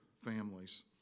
families